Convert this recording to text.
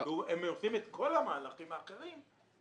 הם עושים את כל המהלכים האחרים.